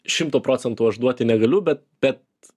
šimto procentų aš duoti negaliu bet bet